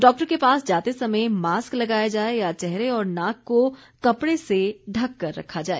doctor के पास जाते समय मास्क लगाया जाए या चेहरे और नाक को कपड़े से ढक कर रखा जाए